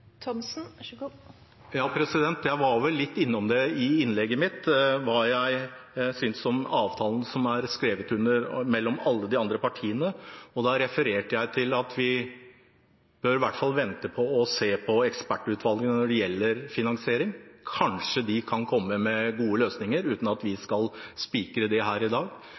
Jeg var vel litt innom i innlegget mitt hva jeg synes om avtalen som er skrevet under, mellom alle de andre partiene, og da refererte jeg til at vi i hvert fall bør vente og se på ekspertutvalgets svar når det gjelder finansiering. Kanskje de kan komme med gode løsninger, uten at vi skal spikre det her i dag.